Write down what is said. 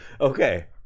Okay